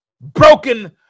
broken